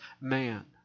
man